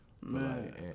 Man